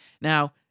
Now